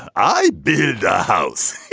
i build a house.